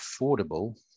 affordable